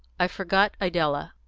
i forgot idella.